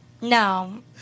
No